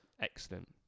excellent